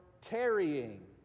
tarrying